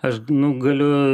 aš nu galiu